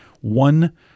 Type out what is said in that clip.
one